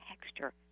texture